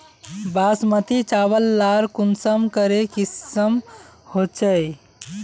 बासमती चावल लार कुंसम करे किसम होचए?